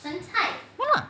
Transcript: ya